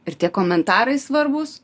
ir tie komentarai svarbūs